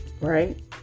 Right